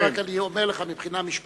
כבוד השר, רק אני אומר לך, מבחינה משפטית,